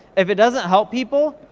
if it doesn't help people,